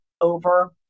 over